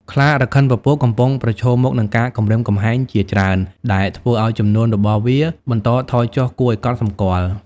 ខ្លារខិនពពក កំពុងប្រឈមមុខនឹងការគំរាមកំហែងជាច្រើន ដែលធ្វើឲ្យចំនួនរបស់វាបន្តថយចុះគួរឲ្យកត់សម្គាល់។